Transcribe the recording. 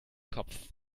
kopf